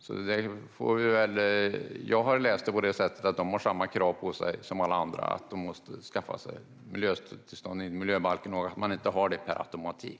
Som jag har läst det har de samma krav på sig som alla andra vad gäller att skaffa tillstånd enligt miljöbalken; man har inte detta per automatik.